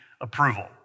approval